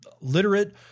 literate